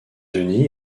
denis